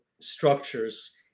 structures